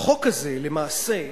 שהחוק הזה, למעשה,